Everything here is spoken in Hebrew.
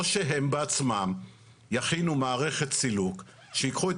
או שהם בעצמם יכינו מערכת סילוק שייקחו את